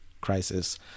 crisis